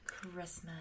Christmas